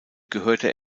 gehörte